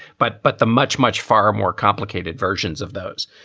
but but the much, much, far more complicated versions of those.